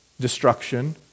destruction